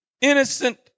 innocent